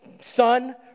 Son